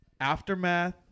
Aftermath